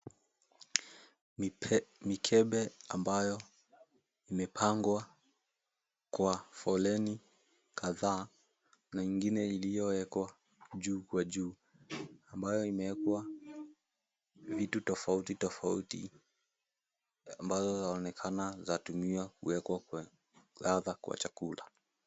Mikebe ambayo imepangwa kwa foleni kadhaa na ingine iliyoekwa juu kwa juu ambayo imeekwa vitu tofautitofauti ambazo zaonekana zatumiwa kuekwa kwa ladha kwa chakula.